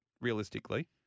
realistically